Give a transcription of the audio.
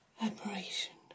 admiration